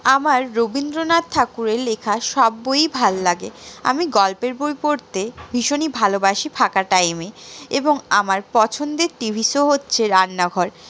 আমার রবীন্দ্রনাথ ঠাকুরের লেখা সব বইই ভাল লাগে আমি গল্পের বই পড়তে ভীষণই ভালোবাসি ফাঁকা টাইমে এবং আমার পছন্দের টিভি শো হচ্ছে রান্নাঘর